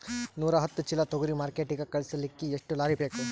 ನೂರಾಹತ್ತ ಚೀಲಾ ತೊಗರಿ ಮಾರ್ಕಿಟಿಗ ಕಳಸಲಿಕ್ಕಿ ಎಷ್ಟ ಲಾರಿ ಬೇಕು?